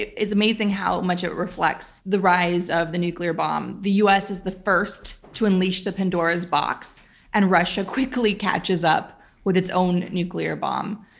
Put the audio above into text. it's amazing how much it reflects the rise of the nuclear bomb. the us is the first to unleash the pandora's box and russia quickly catches up with its own nuclear bomb.